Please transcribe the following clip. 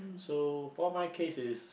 so for my case is